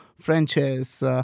Frenches